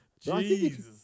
Jesus